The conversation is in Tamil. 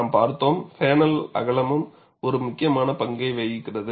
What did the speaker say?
நாம் பார்த்தோம் பேனல் அகலமும் ஒரு முக்கியமான பங்கை வகிக்கிறது